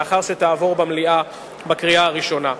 לאחר שתעבור במליאה בקריאה ראשונה.